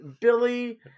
Billy